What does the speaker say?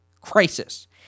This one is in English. crisis